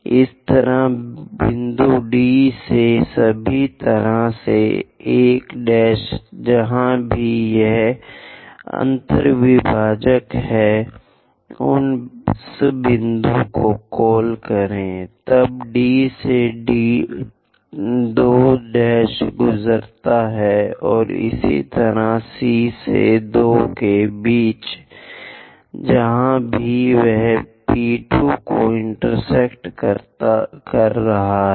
इसी तरह बिंदु D से सभी तरह से 1 जहाँ भी यह अन्तर्विभाजक है उस बिंदु को कॉल करें तब D से 2 गुजरते हैं और इसी तरह C से 2 के बीच जहाँ भी वह P 2 को इंटेरसेक्ट कर रहा है